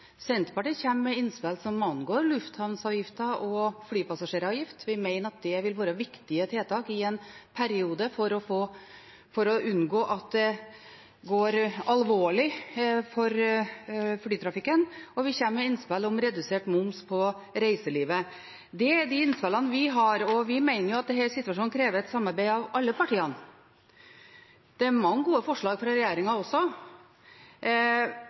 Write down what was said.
Senterpartiet kommer med innspill som angår lufthavnavgifter og flypassasjeravgift – vi mener at det vil være viktige tiltak i en periode for å unngå at det blir alvorlig for flytrafikken – og vi kommer med innspill om redusert moms på reiselivet. Det er de innspillene vi har, og vi mener at denne situasjonen krever et samarbeid mellom alle partiene. Det er mange gode forslag fra regjeringen også,